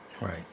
Right